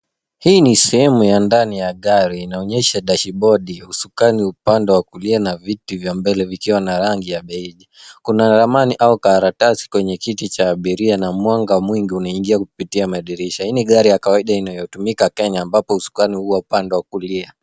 Hii ni sehemu ya ndani ya gari inaonyesha dashibodi, usukani upande wa kulia na viti vya mbele vikiwa na rangi ya beiji. Kuna ramani au karatasi kwenye kiti cha abiria na mwanga mwingi unaingia kupitia madirisha. Hii ni gari ya kawaida inayotumika Kenya ambapo usukani huwa upande wa kulia.